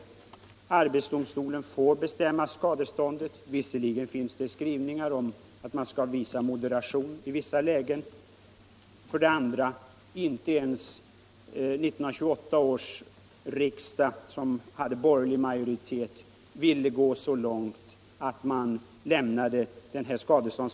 Det ena är att arbetsdomstolen ensam får rätt att bestämma skadeståndet även om det finns skrivningar som säger att man skall visa moderation i vissa lägen. Det andra är att inte ens 1928 års riksdag som hade borgerlig majoritet ville gå så långt att man ville införa ett obegränsat skadestånd.